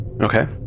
okay